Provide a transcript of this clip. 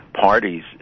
parties